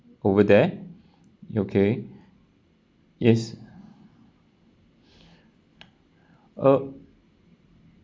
over there okay yes uh